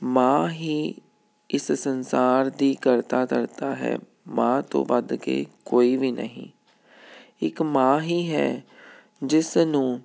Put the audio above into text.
ਮਾਂ ਹੀ ਇਸ ਸੰਸਾਰ ਦੀ ਕਰਤਾ ਧਰਤਾ ਹੈ ਮਾਂ ਤੋਂ ਵੱਧ ਕੇ ਕੋਈ ਵੀ ਨਹੀਂ ਇੱਕ ਮਾਂ ਹੀ ਹੈ ਜਿਸਨੂੰ